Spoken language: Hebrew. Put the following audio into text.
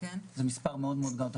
--- זה לא מספיק.